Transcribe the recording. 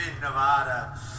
Nevada